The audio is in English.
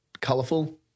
colourful